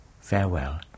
Farewell